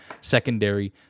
secondary